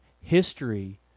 history